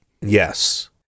Yes